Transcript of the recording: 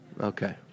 Okay